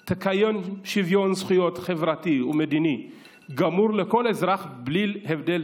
תקיים שוויון זכויות חברתי ומדיני גמור לכל אזרחיה בלי הבדל דת,